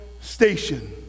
station